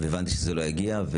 והבנתי שזה לא יגיע.